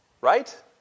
Right